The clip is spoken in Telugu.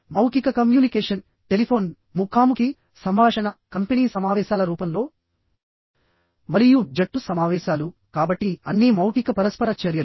మౌఖిక కమ్యూనికేషన్ టెలిఫోన్ ముఖాముఖి సంభాషణ కంపెనీ సమావేశాల రూపంలో మరియు జట్టు సమావేశాలు కాబట్టి అన్నీ మౌఖిక పరస్పర చర్యలు